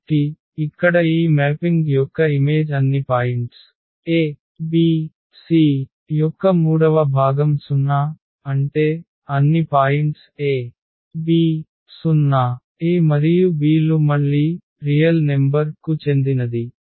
కాబట్టి ఇక్కడ ఈ మ్యాపింగ్ యొక్క ఇమేజ్ అన్ని పాయింట్స్ a b c యొక్క మూడవ భాగం 0 అంటే అన్ని పాయింట్స్ a b 0 a మరియు b లు మళ్ళీ వాస్తవ సంఖ్య కు చెందినది